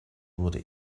wurde